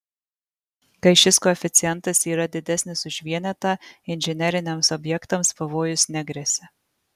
kai šis koeficientas yra didesnis už vienetą inžineriniams objektams pavojus negresia